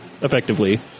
effectively